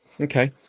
Okay